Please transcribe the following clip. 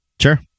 Sure